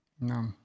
no